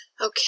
Okay